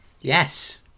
Yes